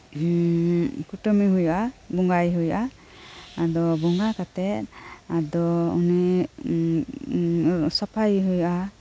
ᱠᱩᱴᱟᱹᱢᱤ ᱦᱩᱭᱩᱜᱼᱟ ᱵᱚᱸᱜᱟᱭᱤ ᱦᱩᱭᱩᱜᱼᱟ ᱟᱫᱚ ᱵᱚᱸᱜᱟ ᱠᱟᱛᱮᱜ ᱟᱫᱚ ᱩᱱᱤ ᱥᱟᱯᱷᱟᱭᱮ ᱦᱩᱭᱩᱜᱼᱟ